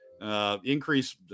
Increase